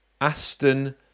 Aston